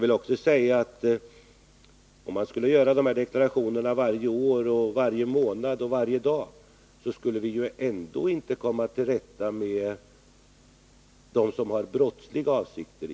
Även om deklarationer skulle göras varje år, varje månad, ja, varje dag, så skulle vi ändå inte kunna komma till rätta med de människor i samhället som har brottsliga avsikter.